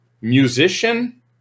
Musician